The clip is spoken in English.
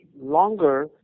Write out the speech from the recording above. longer